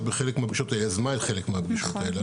בחלק מהפגישות וגם יזמה חלק מהפגישות האלה.